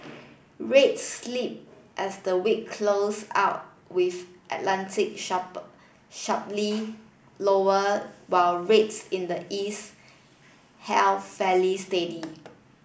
rates slip as the week close out with Atlantic sharp sharply lower while rates in the east held fairly steady